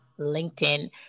LinkedIn